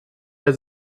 der